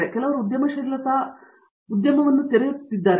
ಮತ್ತು ಕೆಲವರು ಉದ್ಯಮಶೀಲತಾ ಉದ್ಯಮಗಳನ್ನು ತೆರೆಯುತ್ತಿದ್ದಾರೆ ಎಂದು ಹೇಳುತ್ತಿದ್ದಾರೆ